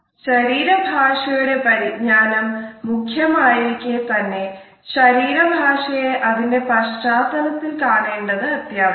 ശരീര ഭാഷയുടെ പരിജ്ഞാനം മുഖ്യമായിരിക്കെ തന്നെ ശരീര ഭാഷയെ അതിന്റെ പശ്ചാത്തലത്തിൽ കാണേണ്ടത് അത്യാവശ്യമാണ്